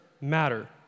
matter